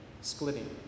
splitting